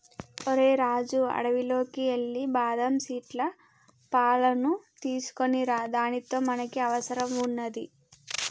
ఓరై రాజు అడవిలోకి ఎల్లి బాదం సీట్ల పాలును తీసుకోనిరా దానితో మనకి అవసరం వున్నాది